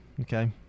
okay